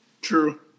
True